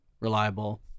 reliable